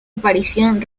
aparición